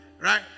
right